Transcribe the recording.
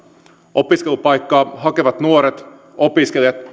opiskelupaikkaa hakevat nuoret opiskelijat